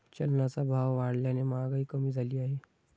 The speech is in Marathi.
चलनाचा भाव वाढल्याने महागाई कमी झाली आहे